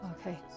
Okay